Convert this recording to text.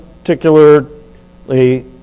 particularly